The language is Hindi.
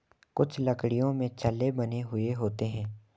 कुछ लकड़ियों में छल्ले बने हुए होते हैं